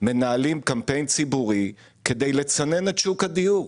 מנהלים קמפיין ציבורי כדי לצנן את שוק הדיור,